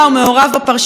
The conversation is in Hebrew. ראש הממשלה,